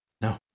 No